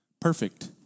perfect